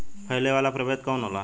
फैले वाला प्रभेद कौन होला?